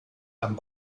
and